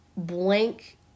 blank